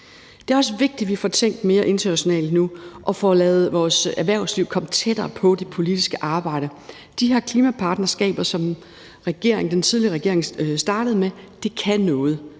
Det er også vigtigt, at vi får tænkt mere internationalt nu og lader vores erhvervsliv komme tættere på det politiske arbejde. De her klimapartnerskaber, som den tidligere regering startede, kan noget.